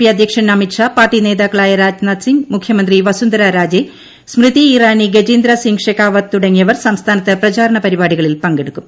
P അധ്യക്ഷൻ അമിത് ഷാ പാർട്ടി നേതാക്കളായ രാജ്നാഥ് സിംഗ് മുഖ്യമന്ത്രി വസുന്ധര രാജെ സ്മൃതി ഇറാനി ഗജേന്ദ്ര സിംഗ് ഷെക്കാവത്ത് തുടങ്ങിയവർ സംസ്ഥാനത്ത് പ്രചാരണ പരിപാടികളിൽ പങ്കെടുക്കും